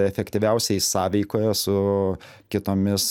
efektyviausiai sąveikoje su kitomis